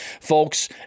Folks